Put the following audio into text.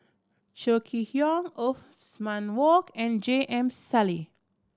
Chong Kee Hiong Othman Wok and J M Sali